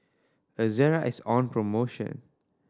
Ezerra is on promotion